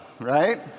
right